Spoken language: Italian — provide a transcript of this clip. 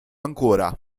ancora